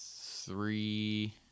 three